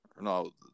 No